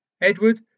Edward